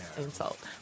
insult